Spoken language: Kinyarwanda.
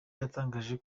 yatangaje